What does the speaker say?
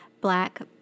black